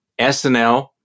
SNL